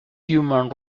human